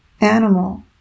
animal